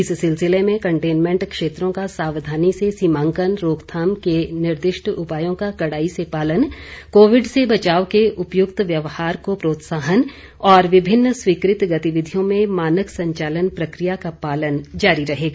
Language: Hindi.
इस सिलसिले में कंटेनमेंट क्षेत्रों का सावधानी से सीमांकन रोकथाम के निर्दिष्ट उपायों का कडाई से पालन कोविड से बचाव के उपयुक्त व्यवहार को प्रोत्साहन और विभिन्न स्वीकृत गतिविधियों में मानक संचालन प्रक्रिया का पालन जारी रहेगा